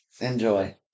Enjoy